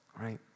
right